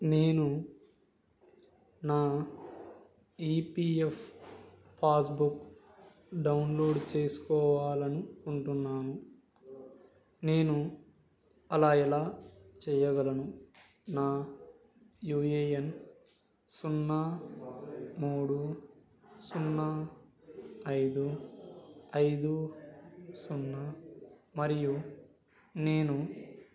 నేను నా E P F passbook download చేసుకోవాలని ఉంటున్నాను నేను అలా ఎలా చేయగలను నా యూ ఏ ఎన్ సున్నా మూడు సున్నా ఐదు ఐదు సున్నా మరియు నేను